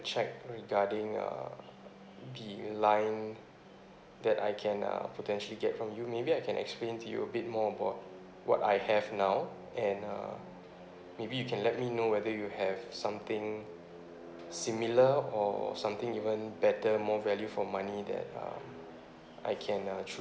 check regarding uh the line that I can potentially get from you maybe I can explain to you a bit more about what I have now and uh maybe you can let me know whether you have something similar or something even better more value for money that um I can uh